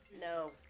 No